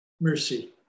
mercy